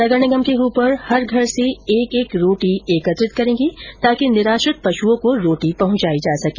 नगर निगम के हपर हर घर से एक एक रोटी एकत्रित करेंगे ताकि निराश्रित पशुओं को रोटी पहुंचाई जा सके